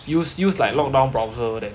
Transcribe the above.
use use like lockdown browser then